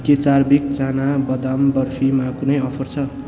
के चार्भिक चाना बदाम बर्फीमा कुनै अफर छ